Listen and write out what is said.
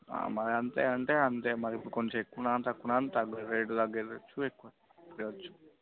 మరి అంతే అంటే అంతే మరిప్పుడు కొంచెం ఎక్కువున్నా కానీ తక్కువున్నా కానీ తగ్గదు రేట్ తగ్గదు